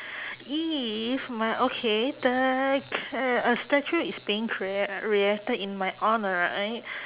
if my okay the c~ a a statue is being crea~ created in my honour right